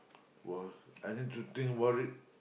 !wow! I need to think about it